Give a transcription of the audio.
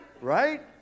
right